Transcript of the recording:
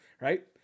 Right